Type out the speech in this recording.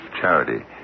Charity